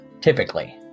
Typically